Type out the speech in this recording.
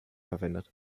verwendet